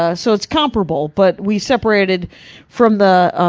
ah so it's comparable. but we separated from the.